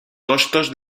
costos